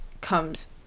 comes